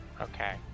Okay